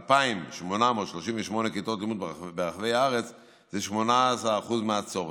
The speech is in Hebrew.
2,838 כיתות לימוד ברחבי הארץ זה 18% מהצורך.